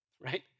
right